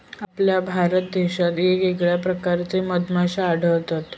आपल्या भारत देशात येगयेगळ्या प्रकारचे मधमाश्ये आढळतत